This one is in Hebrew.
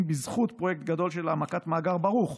בזכות פרויקט גדול של העמקת מאגר ברוך,